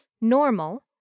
normal